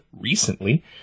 recently